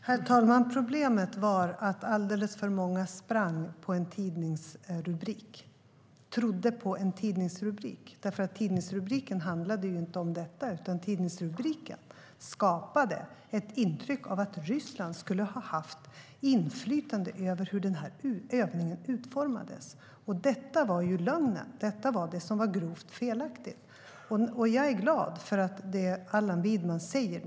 Herr talman! Problemet var att alldeles för många sprang på en tidningsrubrik - trodde på en tidningsrubrik. Tidningsrubriken skapade ett intryck av att Ryssland skulle ha haft inflytande över hur övningen utformades. Detta var lögn. Detta var grovt felaktigt. Jag är glad över vad Allan Widman säger.